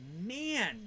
man